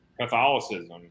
Catholicism